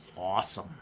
Awesome